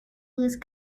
lose